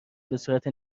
بهصورت